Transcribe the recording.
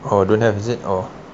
oo don't have is it oo